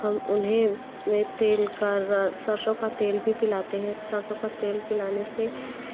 हम उन्हें ये तेल का र सरसों का तेल भी पिलाते हैं थरसों का तेल पिलाने से